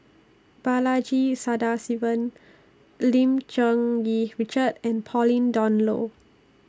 Balaji Sadasivan Lim Cherng Yih Richard and Pauline Dawn Loh